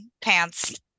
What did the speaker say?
pants